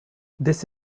this